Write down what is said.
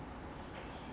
then in Singapore